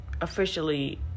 officially